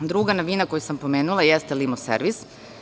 Druga novina, koju sam pomenula, jeste Limo servis.